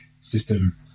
system